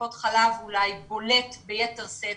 טיפות החלב בולט ביתר שאת.